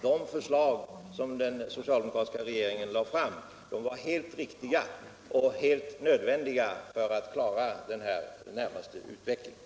De förslag som den socialdemokratiska regeringen lade fram var helt riktiga och nödvändiga för att klara den närmaste utvecklingen.